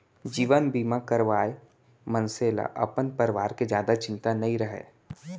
जीवन बीमा करवाए मनसे ल अपन परवार के जादा चिंता नइ रहय